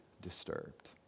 disturbed